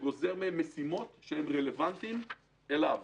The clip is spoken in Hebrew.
וגוזר מהם משימות שהן רלוונטיות אליו.